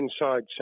Inside